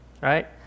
right